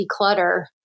declutter